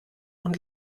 und